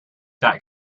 that